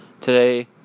Today